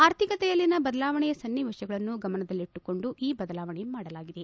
ಆರ್ಥಿಕತೆಯಲ್ಲಿನ ಬದಲಾಣೆ ಸನ್ನಿವೇಶಗಳನ್ನು ಗಮನದಲ್ಲಿಟ್ಲಕೊಂಡು ಈ ಬದಲಾವಣೆ ಮಾಡಲಾಗಿದೆ